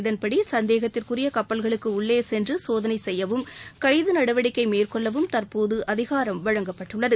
இதன்படி சந்தேகத்திற்குரிய கப்பல்களுக்கு உள்ளே சென்று சோதனை செய்யவும் கைது நடவடிக்கை மேற்கொள்ளவும் தற்போது அதிகாரம் வழங்கப்பட்டுள்ளது